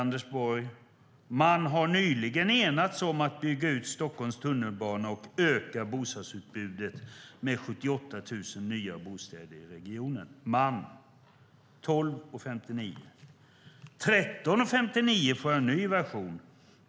Anders Borg skrev: Man har nyligen enats om att bygga ut Stockholms tunnelbana och öka bostadsutbudet med 78 000 nya bostäder i regionen. Kl. 12.59 skrev han "man". Kl. 13.59 fick jag en ny version.